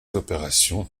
opérations